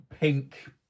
pink